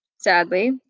Sadly